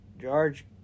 George